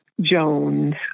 Jones